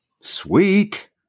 Sweet